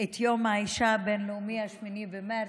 את יום האישה הבין-לאומי, 8 במרץ,